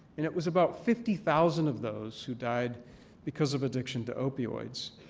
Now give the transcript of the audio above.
and it was about fifty thousand of those who died because of addiction to opioids.